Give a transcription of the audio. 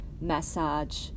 massage